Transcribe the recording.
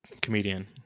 comedian